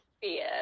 fear